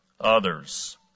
others